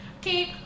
keep